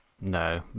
no